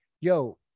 yo